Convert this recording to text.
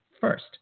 first